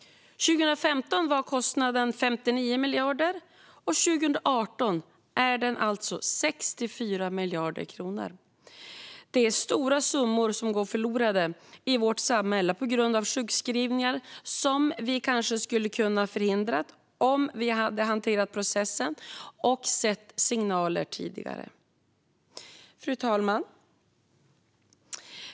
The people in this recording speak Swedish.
År 2015 var kostnaden 59 miljarder, och 2018 var den alltså 64 miljarder. Det är stora summor som går förlorade i vårt samhälle på grund av sjukskrivningar som vi kanske skulle ha kunnat förhindra om vi hade hanterat processen och sett signaler tidigare. Fru talman!